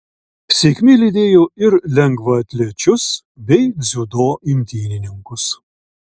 sėkmė lydėjo ir lengvaatlečius bei dziudo imtynininkus